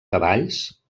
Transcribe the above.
cavalls